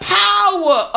power